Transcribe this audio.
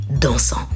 dansant